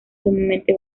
sumamente